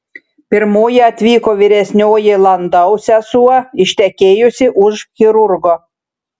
pirmoji atvyko vyresnioji landau sesuo ištekėjusi už chirurgo